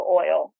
oil